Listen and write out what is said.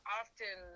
often